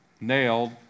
Nailed